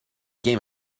game